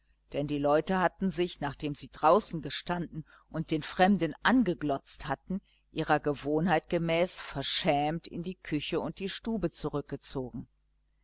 denn die leute hatten sich nachdem sie draußen gestanden und den fremden angeglotzt hatten ihrer gewohnheit gemäß verschämt in die stube und küche zurückgezogen